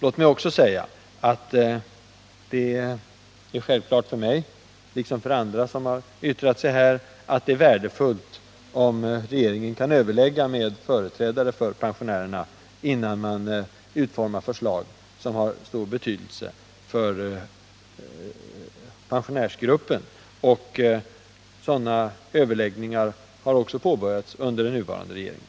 Låt mig också säga, att det är självklart för mig liksom för andra som har yttrat sig här, att det är värdefullt om regeringen kan överlägga med företrädare för pensionärerna innan man utformar förslag som har stor betydelse för pensionärsgruppen. Sådana överläggningar har också påbörjats under den nuvarande regeringen.